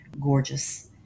gorgeous